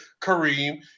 Kareem